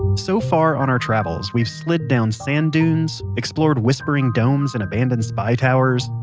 so far on our travels we've slid down sand dunes, explored whispering domes in abandoned spy towers,